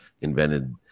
invented